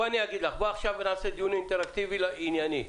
בואי נעשה עכשיו דיון אינטראקטיבי ענייני: